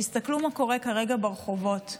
תסתכלו מה קורה כרגע ברחובות.